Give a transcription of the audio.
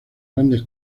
grandes